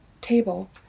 table